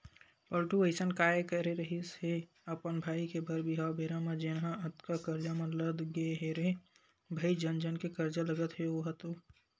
पलटू अइसन काय करे रिहिस हे अपन भाई के बर बिहाव बेरा म जेनहा अतका करजा म लद गे हे रे भई जन जन के करजा लगत हे ओहा तो